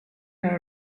dot